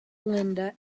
linda